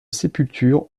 sépulture